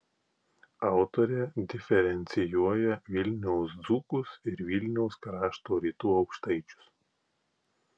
autorė diferencijuoja vilniaus dzūkus ir vilniaus krašto rytų aukštaičius